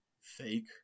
fake